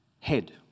head